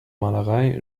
malerei